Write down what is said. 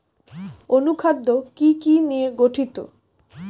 অনুখাদ্য কি কি নিয়ে গঠিত?